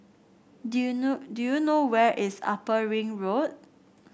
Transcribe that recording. do you know do you know where is Upper Ring Road